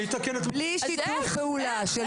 אני אתקן את זה --- בלי שיתוף פעולה של